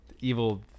evil